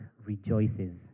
rejoices